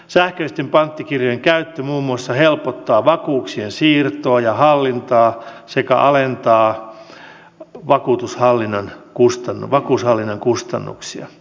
sähköisten panttikirjojen käyttö muun muassa helpottaa vakuuksien siirtoa ja hallintaa sekä alentaa vakuushallinnan kustannuksia